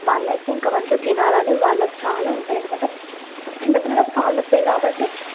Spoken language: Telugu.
వాళ్లయితే ఇంక మంచిగా తినాలని వాళ్ళకు చాలా ఉంటది ఎందుకంటే చిన్న పిల్లలకు పాలు వస్తాయి కాబట్టి